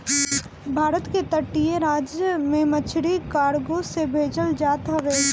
भारत के तटीय राज से मछरी कार्गो से भेजल जात हवे